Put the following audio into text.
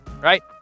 right